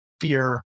fear